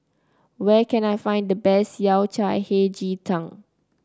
where can I find the best Yao Cai Hei Ji Tang